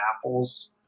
apple's